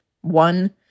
one